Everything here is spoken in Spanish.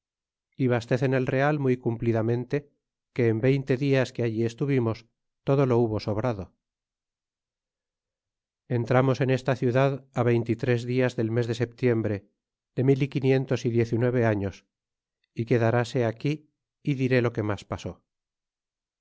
y bastecen el real muy cumplidamente que en veinte dias que allí estuvimos todo lo hubo sobrado y entramos en esta ciudad veinte y tres dias del mes de septiembre de mil y quinientos y diez y nueve años é quedarse aquí y diré lo que mas pasó